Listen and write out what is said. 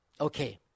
Okay